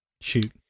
Shoot